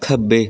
ਖੱਬੇ